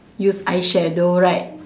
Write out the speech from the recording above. use eye shadow right